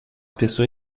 pessoa